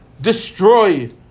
destroy